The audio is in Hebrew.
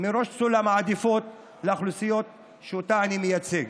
בראש סולם העדיפויות לגבי האוכלוסיות שאותן אני מייצג.